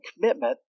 commitment